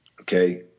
Okay